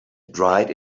dried